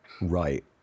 right